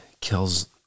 kills